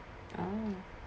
oh